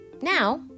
Now